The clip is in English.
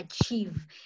achieve